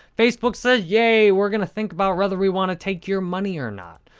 facebook says, yay! we're gonna think about whether we want to take your money or not!